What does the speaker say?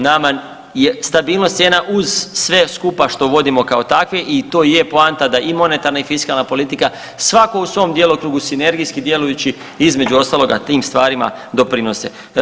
Nama je stabilnost cijena uz sve skupa što vodimo kao takve i to je poanta da i monetarna i fiskalna politika svako u svom djelokrugu sinergijski djelujući između ostaloga tim stvarima doprinose.